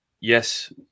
Yes